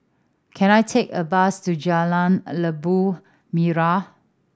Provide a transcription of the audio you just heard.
can I take a bus to Jalan Labu Merah